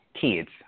kids